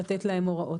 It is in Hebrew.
לתת להם הוראות.